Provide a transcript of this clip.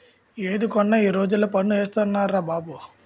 ఏది కొన్నా ఈ రోజుల్లో పన్ను ఏసేస్తున్నార్రా బాబు